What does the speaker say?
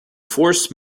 force